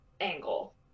angle